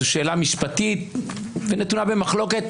זאת שאלה משפטית ונתונה במחלוקת.